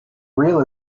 real